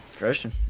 Christian